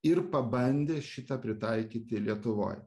ir pabandė šitą pritaikyti lietuvoj